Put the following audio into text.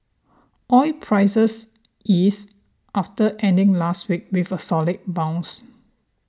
oil prices eased after ending last week with a solid bounce